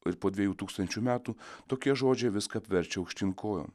ir po dviejų tūkstančių metų tokie žodžiai viską apverčia aukštyn kojom